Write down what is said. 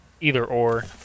either-or